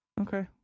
Okay